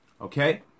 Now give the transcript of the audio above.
okay